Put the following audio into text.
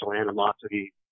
animosity